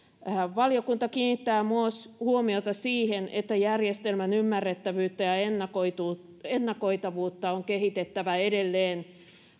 valiokunta kiinnittää huomiota myös siihen että järjestelmän ymmärrettävyyttä ja ennakoitavuutta ennakoitavuutta on kehitettävä edelleen